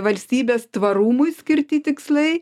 valstybės tvarumui skirti tikslai